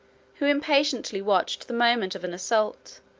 who impatiently watched the moment of an assault,